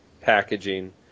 packaging